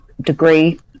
degree